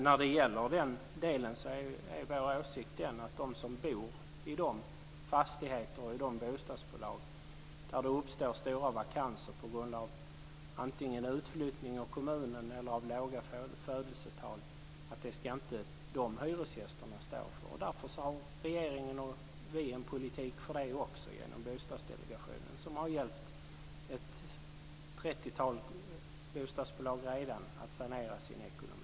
När det gäller den delen är vår åsikt att de hyresgäster som bor i de fastigheter och i de bostadsbolag där det uppstår stora vakanser på grund av antingen utflyttning ur kommunen eller låga födelsetal inte ska stå för det. Därför har regeringen och vi socialdemokrater en politik för det också genom Bostadsdelegationen, som redan har hjälpt ett trettiotal bostadsbolag att sanera sin ekonomi.